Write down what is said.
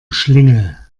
schlingel